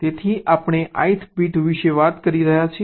તેથી આપણે ith bit વિશે વાત કરી રહ્યા છીએ